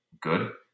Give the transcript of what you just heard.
good